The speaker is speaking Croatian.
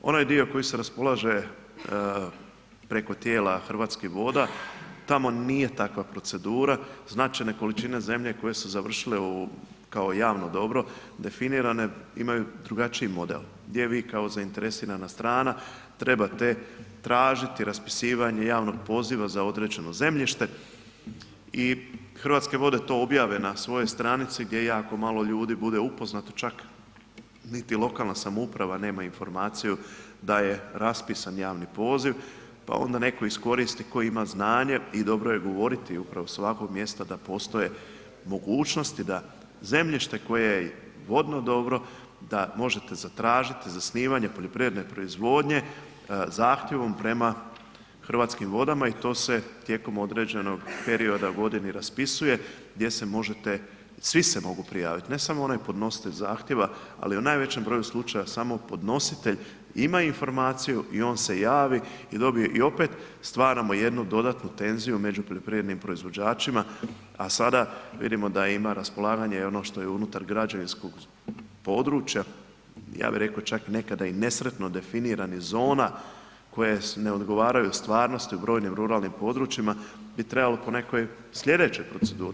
Onaj dio koji se raspolaže preko tijela Hrvatskih voda, tamo nije takva procedura, značajne količine zemlje koje su završile u, kao javno dobro definirano je, imaju drugačiji model gdje vi kao zainteresirana strana trebate tražiti raspisivanje javnog poziva za određeno zemljište i Hrvatske vode to objave na svojoj stranici gdje jako malo ljudi bude upoznato, čak niti lokalna samouprava nema informaciju da je raspisan javni poziv pa onda netko iskoristi tko ima znanje i dobro je govoriti upravo s ovakvog mjesta da postoje mogućnosti da zemljište koje je vodno dobro da možete zatražiti zasnivanje poljoprivredne proizvodnje zahtjevom prema Hrvatskim vodama i to se tijekom određenog perioda u godini raspisuje gdje se možete, svi se mogu prijaviti, ne samo onaj podnositelj zahtjeva, ali u najvećem broju slučajeva, samo podnositelj ima informaciju i on se javi i dobije i opet stvaramo jednu dodatnu tenziju među poljoprivrednim proizvođačima, a sada vidimo da ima raspolaganje ono što je i unutar građevinskog područja, ja bih rekao čak nekada i nesretno definiranih zona koje ne odgovaraju stvarnosti u brojnim ruralnim područjima bi trebalo po nekoj sljedećoj proceduri.